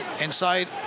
Inside